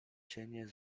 cienie